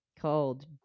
called